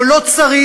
פה לא צריך,